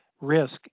risk